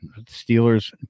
Steelers